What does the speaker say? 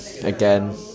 again